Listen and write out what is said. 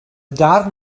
darn